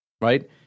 Right